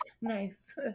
nice